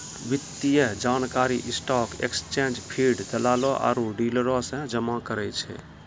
वित्तीय जानकारी stock exchange feed, दलालो आरु डीलरो से जमा करै छै